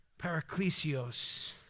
Paraclesios